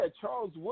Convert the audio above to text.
Charles